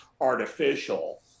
artificial